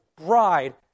bride